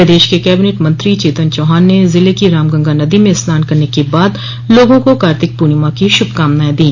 प्रदेश के कैबिनेट मंत्री चेतन चौहान ने ज़िले की रामगंगा नदी में स्नान करने के बाद लोगों कार्तिक पूर्णिमा की श्भकामनाएं दी